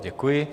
Děkuji.